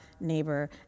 neighbor